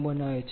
2